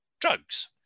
drugs